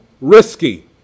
risky